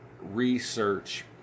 research